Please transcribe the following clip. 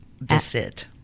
visit